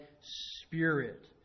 Spirit